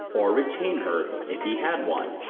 or retain her if he had one.